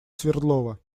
свердлова